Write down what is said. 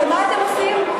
ומה אתם עושים?